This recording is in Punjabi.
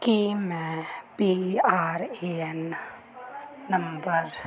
ਕੀ ਮੈਂ P R A N number